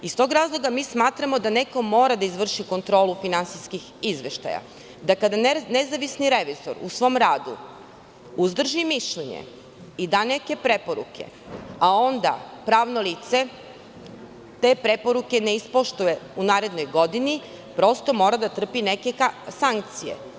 Iz tog razloga, mi smatramo da neko mora da izvrši kontrolu finansijskih izveštaja, da kada nezavisni revizor u svom radu uzdrži mišljenje i dâ neke preporuke, a onda pravno lice te preporuke ne ispoštuje u narednoj godini, prosto mora da trpi neke sankcije.